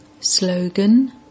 Slogan